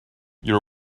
your